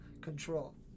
control